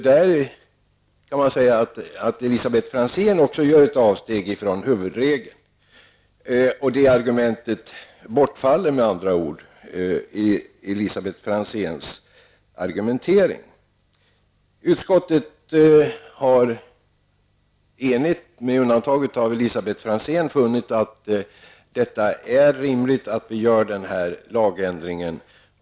Här kan man alltså säga att även Elisabet Franzén gör ett avsteg från huvudregeln. Det ifrågavarande argumentet bortfaller således i Elisabet Franzéns argumentering. Utskottet har bortsett från Elisabet Franzén enigt funnit att det är rimligt att göra den föreslagna lagändringen.